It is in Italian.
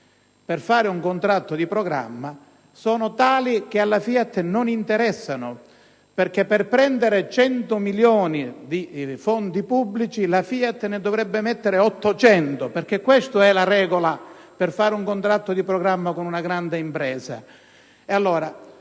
per fare un contratto di programma sono tali che alla FIAT non interessano. Infatti, per prendere 100 milioni di euro di fondi pubblici la FIAT ne dovrebbe mettere 800: queste sono le condizioni per fare un contratto di programma con una grande impresa.